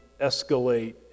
escalate